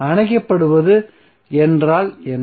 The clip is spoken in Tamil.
அணைக்கப்படுவது என்றால் என்ன